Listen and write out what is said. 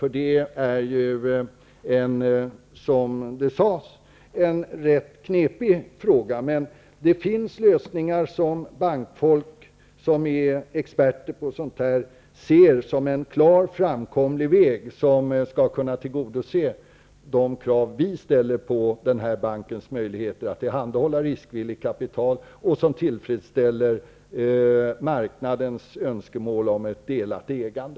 Som här sades är det en rätt knepig fråga. Det finns lösningar som bankfolk, som är experter, ser som en klart framkomlig väg som skall kunna tillgodose de krav vi ställer på bankens möjligheter att tillhandahålla riskvilligt kapital och som tillfredsställer marknadens önskemål om ett delat ägande.